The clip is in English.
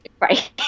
right